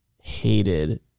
hated